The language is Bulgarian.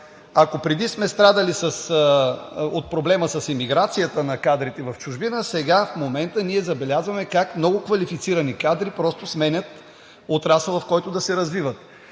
ако преди сме страдали от проблема с емиграцията на кадрите в чужбина, сега в момента ние забелязваме как много квалифицирани кадри просто сменят отрасъла, в който да се развиват.